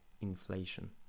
inflation